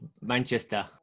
manchester